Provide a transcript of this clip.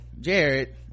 jared